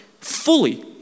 fully